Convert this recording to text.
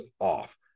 off